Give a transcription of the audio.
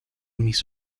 mis